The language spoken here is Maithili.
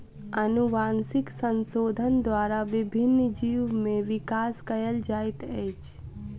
अनुवांशिक संशोधन द्वारा विभिन्न जीव में विकास कयल जाइत अछि